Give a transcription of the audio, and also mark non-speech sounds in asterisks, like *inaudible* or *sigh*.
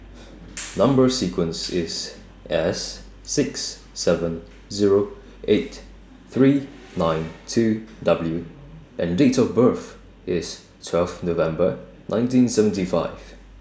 *noise* Number sequence IS S six seven Zero eight three *noise* nine two W and Date of birth IS twelve November nineteen seventy five